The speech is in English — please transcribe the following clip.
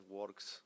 works